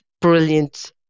brilliant